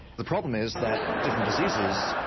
the problem is that different diseases,